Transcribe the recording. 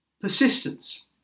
persistence